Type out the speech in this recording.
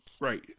Right